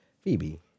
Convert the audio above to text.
Phoebe